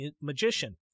magician